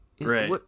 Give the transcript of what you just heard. Right